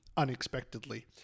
unexpectedly